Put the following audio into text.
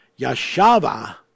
YASHAVA